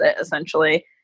essentially